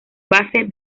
base